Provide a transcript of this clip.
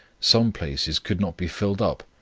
some places could not be filled up,